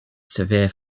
severe